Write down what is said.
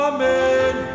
Amen